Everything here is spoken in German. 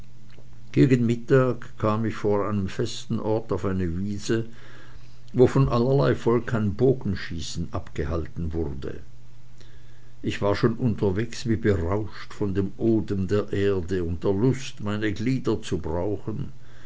gegen mittag kam ich vor einem festen orte auf eine wiese wo von allerlei volk ein bogenschießen abgehalten wurde ich war schon unterwegs wie berauscht von dem odem der erde und der lust meine glieder zu brauchen